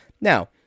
Now